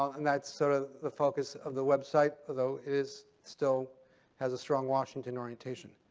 and that's sort of the focus of the website, although it is still has a strong washington orientation.